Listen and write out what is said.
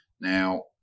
Now